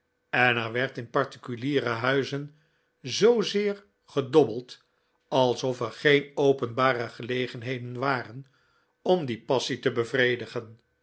en er werd in particuliere huizen zoozeer gedobbeld alsof er geen openbare gelegenheden waren om die passie te bevredigen